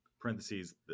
parentheses